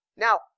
Now